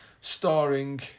starring